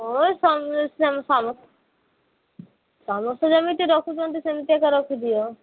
ହଁ ସମସ୍ତେ ଯେମିତି ରଖୁଛନ୍ତି ସେମିତି ଏକା ରଖିଦିଅ